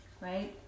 right